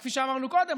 וכפי שאמרנו קודם,